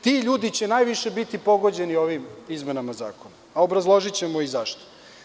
Ti ljudi će najviše biti pogođeni ovim izmenama Zakona, a obrazložićemo i zašto.